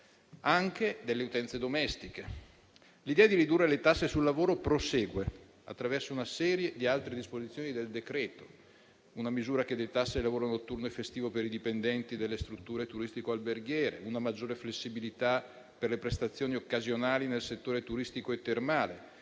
anche delle utenze domestiche. L'idea di ridurre le tasse sul lavoro prosegue attraverso una serie di altre disposizioni del decreto-legge; una misura che detassa il lavoro notturno e festivo per i dipendenti delle strutture turistico-alberghiere, una maggiore flessibilità per le prestazioni occasionali nel settore turistico e termale;